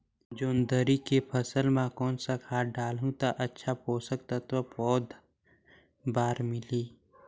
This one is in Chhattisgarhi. जोंदरी के फसल मां कोन सा खाद डालहु ता अच्छा पोषक तत्व पौध बार मिलही?